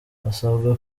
hasabwe